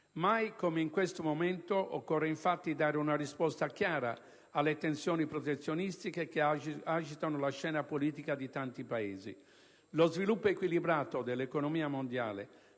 Mai come in questo momento occorre infatti dare una risposta chiara alle tensioni protezionistiche che agitano la scena politica di tanti Paesi. Lo sviluppo equilibrato dell'economia mondiale,